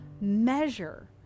measure